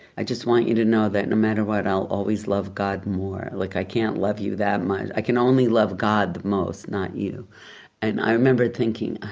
i just want you to know that no matter what i'll always love god more, like i can't love you that much. i can only love god the most, not you and i remember thinking, i